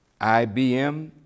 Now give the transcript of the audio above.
IBM